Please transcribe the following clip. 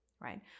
right